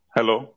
Hello